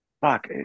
fuck